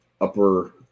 upper